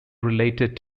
related